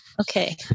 Okay